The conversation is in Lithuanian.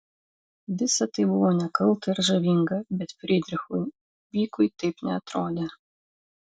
visa tai buvo nekalta ir žavinga bet frydrichui vykui taip neatrodė